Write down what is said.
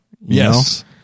Yes